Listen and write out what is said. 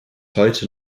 heute